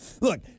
Look